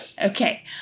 Okay